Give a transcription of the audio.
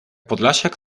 podlasiak